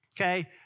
okay